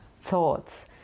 thoughts